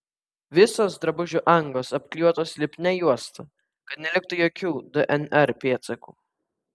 visos drabužių angos apklijuotos lipnia juosta kad neliktų jokių dnr pėdsakų